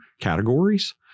categories